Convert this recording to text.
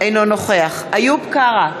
אינו נוכח איוב קרא,